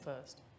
first